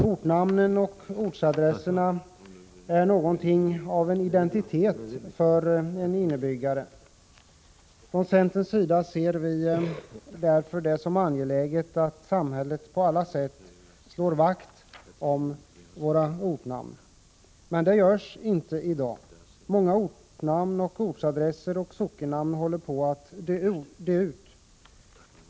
Ortnamnen och ortsadresserna är något av en identitet för en innebyggare. Från centerns sida ser vi det därför som angeläget att samhället på alla sätt slår vakt om våra ortnamn. Men det görs inte i dag. Många ortnamn, ortsadresser och sockennamn håller på att dö ut.